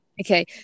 Okay